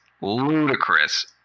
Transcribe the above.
ludicrous